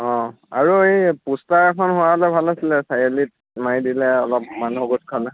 অঁ আৰু এই প'ষ্টাৰ এখন হোৱা হ'লে ভাল আছিলে চাৰিআলিত মাৰি দিলে অলপ মানুহ গোট খালে